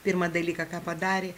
pirmą dalyką ką padarė